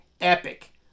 epic